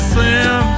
Slim